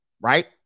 right